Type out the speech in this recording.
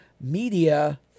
Media